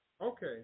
okay